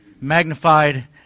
magnified